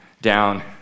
down